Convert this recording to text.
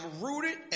rooted